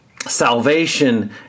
salvation